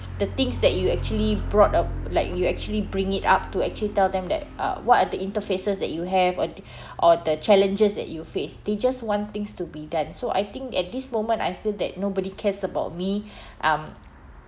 the things that you actually brought up like you actually bring it up to actually tell them that uh what are the interfaces that you have or the or the challenges that you face they just want things to be done so I think at this moment I feel that nobody cares about me um